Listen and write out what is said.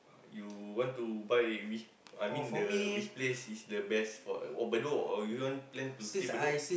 you want to buy which I mean the which place is the best oh bedok you don't plan to stay bedok